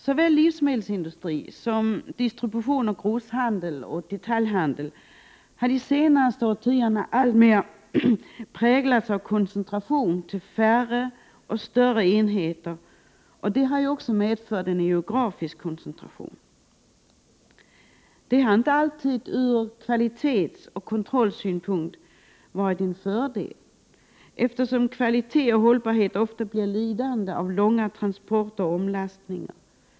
Såväl livsmedelsindustri som distribution, grosshandel och detaljhandel har de senaste årtiondena alltmer präglats av koncentration till färre och större enheter, vilket medfört en geografisk koncentration. Detta har inte alltid varit till fördel ur kvalitetsoch kontrollsynpunkt, eftersom kvalitet och hållbarhet ofta blir lidande av långa transporter och omlastningar.